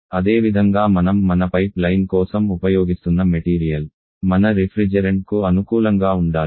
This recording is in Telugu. అదేవిధంగా మనం మన పైప్లైన్ కోసం ఉపయోగిస్తున్న మెటీరియల్ మన రిఫ్రిజెరెంట్కు అనుకూలంగా ఉండాలి